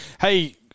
hey